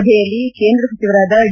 ಸಭೆಯಲ್ಲಿ ಕೇಂದ್ರ ಸಚಿವರಾದ ಡಿ